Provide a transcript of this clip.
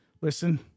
Listen